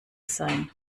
sein